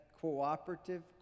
cooperative